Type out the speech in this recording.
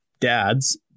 dads